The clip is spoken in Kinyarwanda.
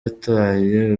yataye